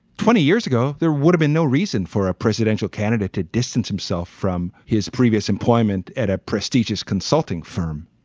twenty years ago, there would have been no reason for a presidential candidate to distance himself from his previous employment at a prestigious consulting firm.